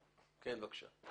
בבקשה.